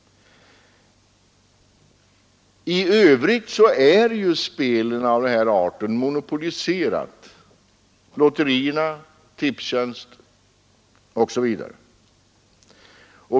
I övrigt är ju spel monopoliserade — lotterierna, Tipstjänst osv.